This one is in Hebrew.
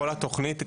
כל התוכנית,